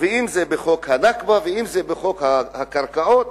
ואם בחוק ה"נכבה" ואם בחוק הקרקעות.